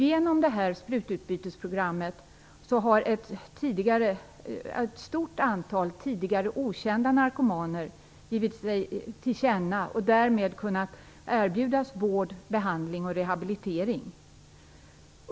Genom det här sprututbytesprogrammet har ett stort antal tidigare okända narkomaner givit sig till känna och därmed har de kunnat erbjudas vård, behandling och rehabilitering.